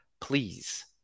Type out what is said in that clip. please